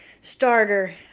starter